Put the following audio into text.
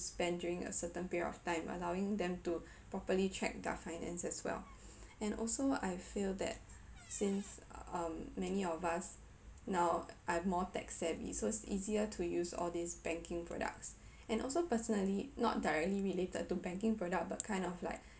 spent during a certain period of time allowing them to properly track their finance as well and also I feel that since um many of us now are more tech savvy so it's easier to use all these banking products and also personally not directly related to banking product but kind of like